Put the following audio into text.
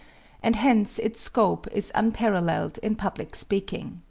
and hence its scope is unparalleled in public speaking.